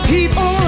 People